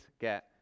get